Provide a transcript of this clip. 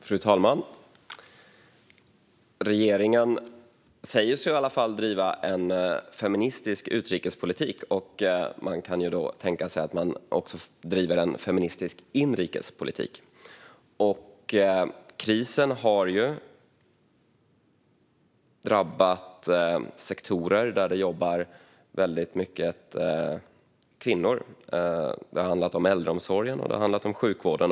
Fru talman! Regeringen säger sig i alla fall driva en feministisk utrikespolitik, och man kan då tänka sig att regeringen också driver en feministisk inrikespolitik. Krisen har ju drabbat sektorer där det jobbar väldigt många kvinnor. Det har handlat om äldreomsorgen och om sjukvården.